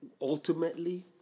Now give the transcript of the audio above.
ultimately